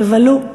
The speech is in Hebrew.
תבלו,